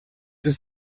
ist